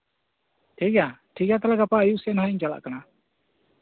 ᱴᱷᱤᱠᱜᱮᱭᱟ ᱴᱷᱤᱠᱜᱮᱭᱟ ᱜᱟᱯᱟ ᱟᱹᱭᱩᱵ ᱥᱮᱫ ᱱᱟᱦᱟᱸᱜ ᱤᱧ ᱪᱟᱞᱟᱜ ᱠᱟᱱᱟ